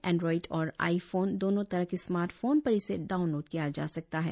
Android और iPhone दोनों तरह के स्मार्ट फोन पर इसे डाउनलोड किया जा सकता है